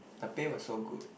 the pay was so good